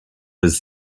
his